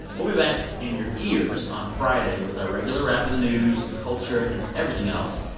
we'll be back in your ears on friday with our regular wrap of the news, culture and everything else.